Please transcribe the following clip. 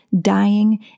dying